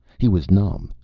he was numb,